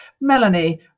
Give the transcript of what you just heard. Melanie